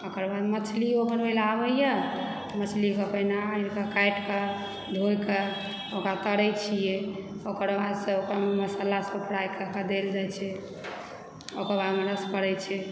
ओकर बाद मछलिओ बनबै लेल आबैए मछली पहिने आनि कऽ काटि कऽ धोए कऽ ओकरा तरैत छियै ओकर बादसँ ओकरामे मसालासभ फ्राइ कए कऽ देल जाइत छै ओकर बादमे रस पड़ैत छै